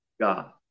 God